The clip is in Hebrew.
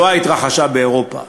השואה התרחשה באירופה.